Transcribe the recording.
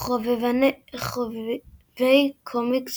חובבי קומיקס